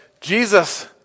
Jesus